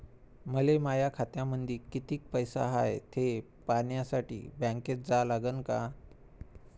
मले माया खात्यामंदी कितीक पैसा हाय थे पायन्यासाठी बँकेत जा लागनच का?